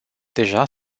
deja